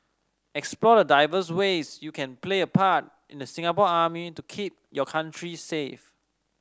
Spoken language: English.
explore the diverse ways you can play a part in the Singapore Army to keep your country safe